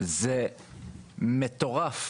זה מטורף,